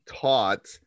taught